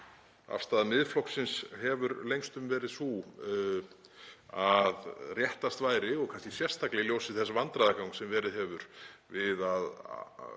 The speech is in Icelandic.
afstaða Miðflokksins hefur lengstum verið sú að réttast væri — og kannski sérstaklega í ljósi þess vandræðagangs sem verið hefur við að